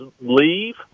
leave